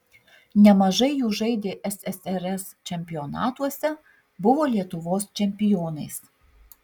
nemažai jų žaidė ssrs čempionatuose buvo lietuvos čempionais